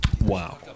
Wow